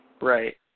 Right